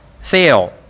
fail